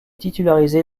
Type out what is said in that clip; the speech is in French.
titularisé